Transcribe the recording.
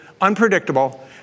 Unpredictable